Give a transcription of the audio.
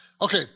Okay